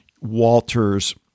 Walter's